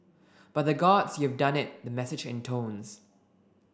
by the Gods you've done it the message intones